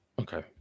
okay